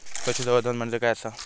पशुसंवर्धन म्हणजे काय आसा?